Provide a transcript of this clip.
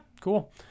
Cool